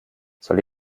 soll